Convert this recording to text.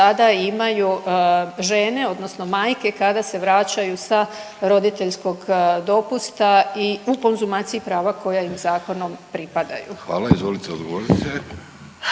sada imaju žene odnosno majke kada se vraćaju sa roditeljskog dopusta i u konzumaciji prava koja im zakonom pripadaju. **Vidović, Davorko